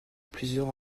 plusieurs